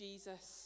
Jesus